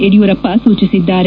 ಯಡಿಯೂರಪ್ಪ ಸೂಚಿಸಿದ್ದಾರೆ